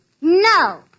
No